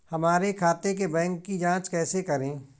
हमारे खाते के बैंक की जाँच कैसे करें?